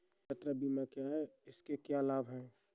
यात्रा बीमा क्या है इसके क्या लाभ हैं?